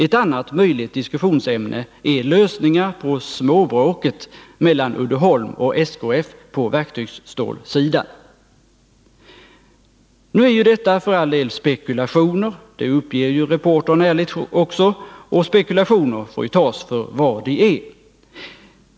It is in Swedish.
Ett annat möjligt diskussionsämne är lösningar på ”småbråket” mellan Uddeholm och SKF på verktygsstålsidan.” Nu är detta för all del spekulationer — det uppger reportern ärligt också, och spekulationer får tas för vad de är.